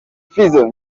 fizzo